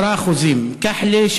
10% כחלה,